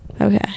Okay